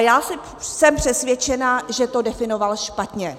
Já jsem přesvědčena, že to definoval špatně.